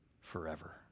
forever